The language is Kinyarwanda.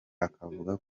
akavuga